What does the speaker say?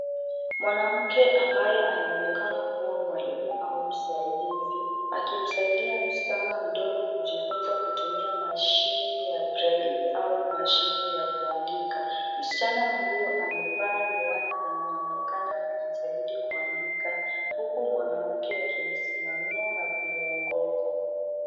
Mwanamke ambaye anaonekana kuwa mwalimu au msaidizi akimsaidia msichana mdogo kujifunza kwa kutumia mashine ya breli au mashine ya kuandika .Msichana huyo amevaa miwani na anaonekana kujitahidi kuandika huku mwanamke akimsimamia na kumuongoza.